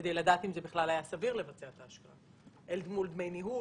כדי לדעת אם זה בכלל היה סביר לבצע את ההשקעה אל מול דמי ניהול,